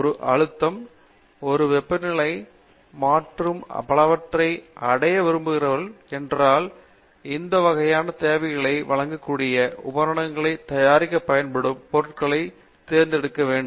ஒரு அழுத்தம் ஒரு வெப்பநிலை மற்றும் பலவற்றை அடைய விரும்புகிறீர்கள் என்றால் இந்த வகையான தேவைகளை வழங்கக்கூடிய உபகரணங்களை தயாரிக்க பயன்படும் பொருட்களைத் தேர்ந்தெடுக்க வேண்டும்